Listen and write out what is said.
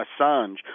Assange